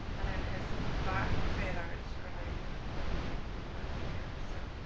and then his back feathers are like ruffled up a little bit here so